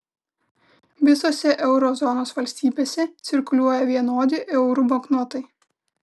visose euro zonos valstybėse cirkuliuoja vienodi eurų banknotai